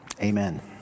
Amen